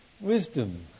wisdom